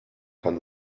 kann